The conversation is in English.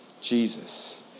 Jesus